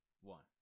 one